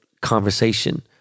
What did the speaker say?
conversation